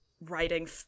writing